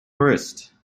wrist